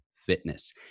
Fitness